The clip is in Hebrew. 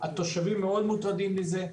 התושבים מוטרדים מזה מאוד.